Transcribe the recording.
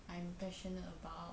I'm passionate about